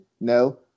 No